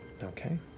Okay